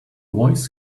voice